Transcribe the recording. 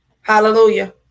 Hallelujah